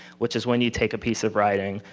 which is when you take a piece of writing,